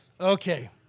Okay